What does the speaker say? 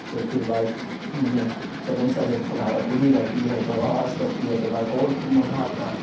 تو پھر بائک میں سلنسر جب خلا خلی رہتی ہے تو آواز کرتی ہے تو بائک اور خوب مزہ آتا ہے